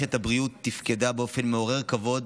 מערכת הבריאות תפקדה באופן מעורר כבוד